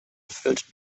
filled